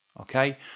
Okay